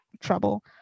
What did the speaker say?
trouble